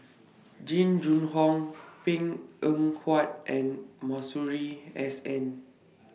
Jing Jun Hong Png Eng Huat and Masuri S N